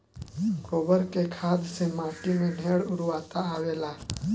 गोबर के खाद से माटी में ढेर उर्वरता आवेला